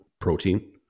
protein